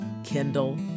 Kindle